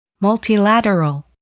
Multilateral